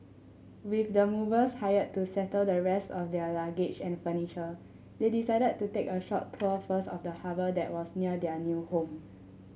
with the movers hired to settle the rest of their luggage and furniture they decided to take a short tour first of the harbour that was near their new home